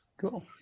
cool